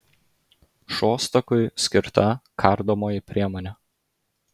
šostakui skirta kardomoji priemonė